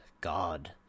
God